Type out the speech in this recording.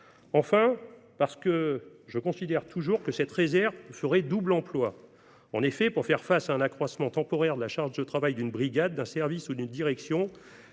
Enfin, nous considérons toujours que cette réserve ferait double emploi. En effet, pour faire face à un accroissement temporaire de la charge de travail d’une brigade, d’un service ou d’une direction,